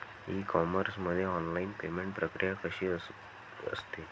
E commerce मध्ये online payment प्रक्रिया कशी असते?